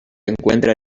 encuentra